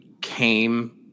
came